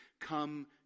come